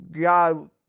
God